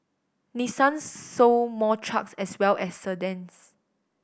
Nissan sold more trucks as well as sedans